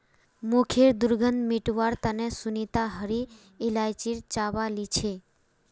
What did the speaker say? मुँहखैर दुर्गंध मिटवार तने सुनीता हरी इलायची चबा छीले